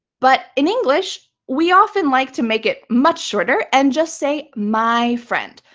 but in english, we often like to make it much shorter and just say my friend.